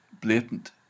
blatant